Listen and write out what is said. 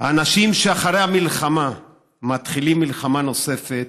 האנשים שאחרי המלחמה מתחילים מלחמה נוספת,